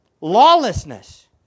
Lawlessness